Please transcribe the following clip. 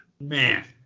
man